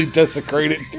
desecrated